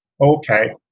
Okay